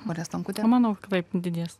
marija stankutė manau taip didės